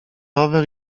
rower